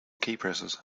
keypresses